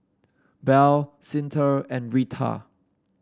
Bell Cyntha and Rita